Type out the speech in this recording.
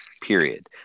period